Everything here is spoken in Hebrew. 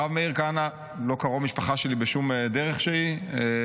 הרב מאיר כהנא לא קרוב משפחה שלי בשום דרך שהיא,